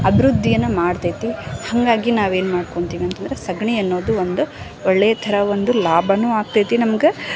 ಅಭಿವೃದ್ಧಿಯನ್ನ ಮಾಡ್ತೈತಿ ಹಾಗಾಗಿ ನಾವೇನು ಮಾಡ್ಕೊಳ್ತೀವಿ ಅಂತಂದ್ರೆ ಸಗಣಿ ಅನ್ನುದು ಒಂದು ಒಳ್ಳೆಯ ಥರ ಒಂದು ಲಾಭನು ಆಗ್ತೈತಿ ನಮ್ಗೆ